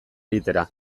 egitera